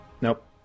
Nope